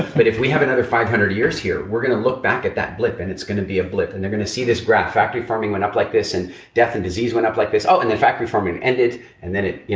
but if we have another five hundred years here we're gonna look back at that blip and it's gonna be a blip. and they're gonna see this graph, factory farming went up like this and death and disease went up like this. oh, and then factory farming ended and then it. you